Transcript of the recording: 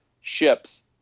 ships